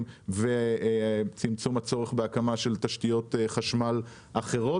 וצמצום הצורך בהקמת תשתיות חשמל אחרות.